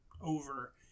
over